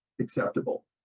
acceptable